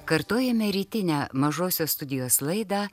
kartojame rytinę mažosios studijos laidą